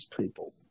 people